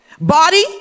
body